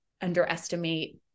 underestimate